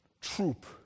troop